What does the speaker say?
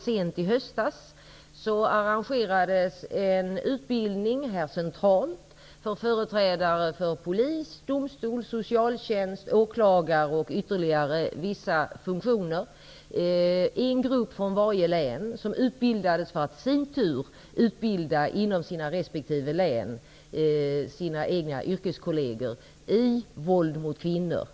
Sent i höstas arrangerades en utbildning centralt för företrädare för polis, domstol, socialtjänst, åklagare och ytterligare vissa funktioner. En grupp från varje län utbildades för att i sin tur utbilda sina egna yrkeskolleger i resp. län när det gäller våld mot kvinnor.